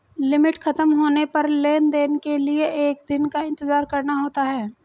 limit खत्म होने पर लेन देन के लिए एक दिन का इंतजार करना होता है